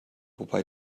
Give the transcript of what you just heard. wobei